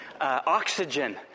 oxygen